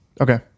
Okay